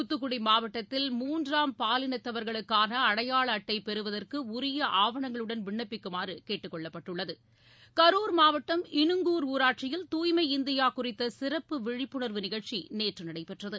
தாத்துக்குடி மாவட்டத்தில் மூன்றாம் பாலினத்தவர்களுக்கான அடையாள அட்டை பெறுவதற்கு உரிய ஆவணங்களுடன் விண்ணப்பிக்குமாறு கேட்டுக்கொள்ளப்பட்டுள்ளது கரூர் மாவட்டம் இனுங்கூர் ஊராட்சியில் தூய்மை இந்தியா குறித்த சிறப்பு விழிப்புணர்வு நிகழ்ச்சி நேற்ற நடைபெற்றது